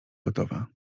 gotowa